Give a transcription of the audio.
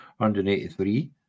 183